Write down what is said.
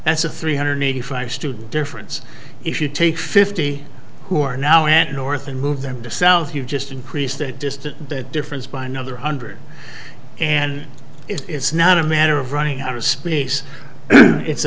that's a three hundred eighty five student difference if you take fifty who are now in north and move them to south you just increase that distance that difference by another hundred and it's not a matter of running out of space it's a